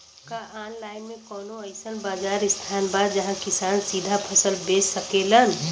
का आनलाइन मे कौनो अइसन बाजार स्थान बा जहाँ किसान सीधा फसल बेच सकेलन?